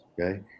okay